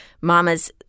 mama's